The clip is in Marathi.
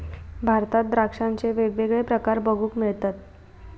भारतात द्राक्षांचे वेगवेगळे प्रकार बघूक मिळतत